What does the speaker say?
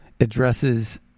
addresses